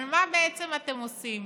אבל מה בעצם אתם עושים